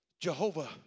Jehovah